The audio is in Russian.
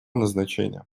назначения